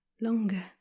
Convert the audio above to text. longer